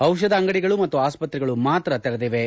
ಔಷಧ ಅಂಗಡಿಗಳು ಮತ್ತು ಆಸ್ಪತ್ರೆಗಳು ಮಾತ್ರ ತೆರೆದಿವೆ